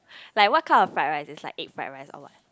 like what kind of fried rice is like egg fried rice or what